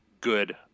good